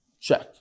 Check